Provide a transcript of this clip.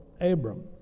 Abram